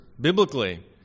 biblically